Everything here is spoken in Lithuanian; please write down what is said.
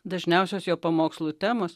dažniausios jo pamokslų temos